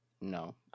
No